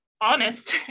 honest